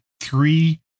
three